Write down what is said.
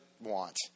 want